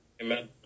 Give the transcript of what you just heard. Amen